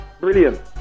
Brilliant